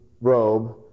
robe